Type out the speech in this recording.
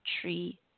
tree